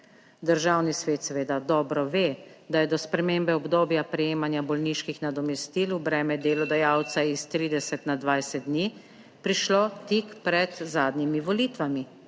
Državni svet seveda dobro ve da je do spremembe obdobja prejemanja bolniških nadomestil v breme delodajalca iz 30 na 20 dni prišlo tik 7. TRAK: (TB)